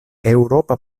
eŭropa